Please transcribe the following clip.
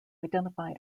identify